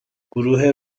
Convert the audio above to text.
گروه